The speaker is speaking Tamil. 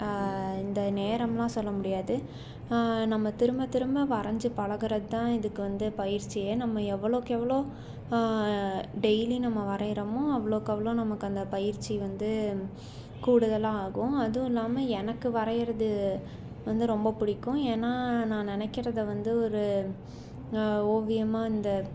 இந்த நேரம்லாம் சொல்லமுடியாது நம்ம திரும்பத் திரும்ப வரைஞ்சி பழகுறதுதான் இதுக்கு வந்து பயிற்சியே நம்ம எவ்வளோக்கு எவ்வளோ டெய்லி நம்ம வரைகிறமோ அவ்வளோக்கு அவ்வளோ நமக்கு அந்த பயிற்சி வந்து கூடுதலாக ஆகும் அதுவும் இல்லாமல் எனக்கு வரைகிறது வந்து ரொம்ப பிடிக்கும் ஏன்னா நான் நினைக்கிறத வந்து ஒரு ஓவியமாக இந்த